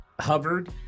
Hovered